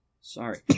Sorry